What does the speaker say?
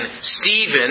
Stephen